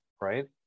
Right